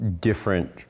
different